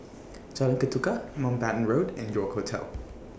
Jalan Ketuka Mountbatten Road and York Hotel